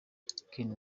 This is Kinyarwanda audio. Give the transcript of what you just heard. ken